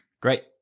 Great